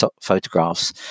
photographs